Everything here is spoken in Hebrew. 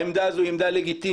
העמדה הזו היא עמדה לגיטימית.